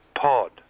Pod